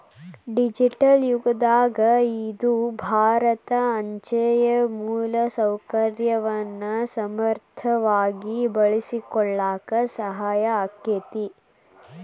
digital ಯುಗದಾಗ ಇದು ಭಾರತ ಅಂಚೆಯ ಮೂಲಸೌಕರ್ಯವನ್ನ ಸಮರ್ಥವಾಗಿ ಬಳಸಿಕೊಳ್ಳಾಕ ಸಹಾಯ ಆಕ್ಕೆತಿ